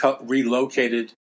relocated